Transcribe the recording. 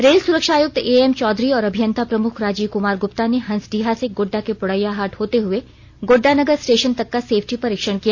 rail सुरक्षा आयुक्त AM Chaudhary और अभियंता प्रमुख राजीव कुमार गुप्ता ने हंसडीहा से गोड्डा के पोड़ैयाहाट होते हुए गोड्डा नगर स्टेशन तक का सेफ्टी परीक्षण किया